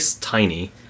tiny